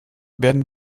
werden